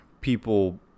people